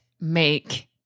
make